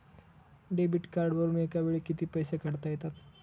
Debit कार्डवरुन एका वेळी किती पैसे काढता येतात?